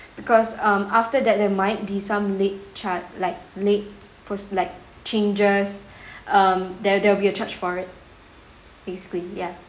because um after that there might be some late charge like late for like changes um there will be a charge for it basically ya